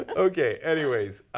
ah okay, anyways.